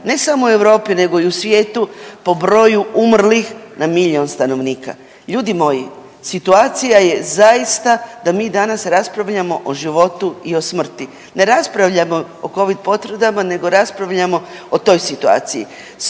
ne samo u Europi nego i u svijetu po broju umrlih na milion stanovnika. Ljudi moji situacija je zaista da mi danas raspravljamo o životu i o smrti. Ne raspravljamo o Covid potvrdama nego raspravljamo o toj situaciji.